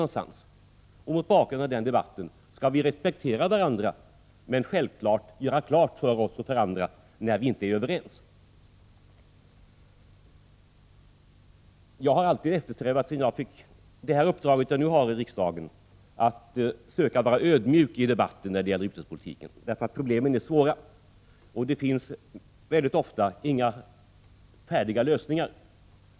Mot bakgrund av den debatten skall vi respektera varandra, men självklart också göra klart för oss och för andra när vi inte är överens. Jag har alltid eftersträvat, sedan jag fick det här riksdagsuppdraget, att söka vara ödmjuk i debatten om utrikespolitiken. Problemen är nämligen svåra, och det finns ofta inga färdiga lösningar.